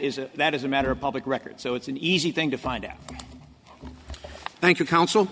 is that is a matter of public record so it's an easy thing to find out thank you counsel